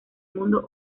mundo